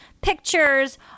pictures